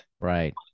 Right